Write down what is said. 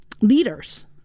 leaders